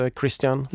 Christian